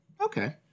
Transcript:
Okay